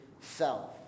self